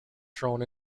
thrown